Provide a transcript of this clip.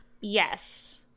yes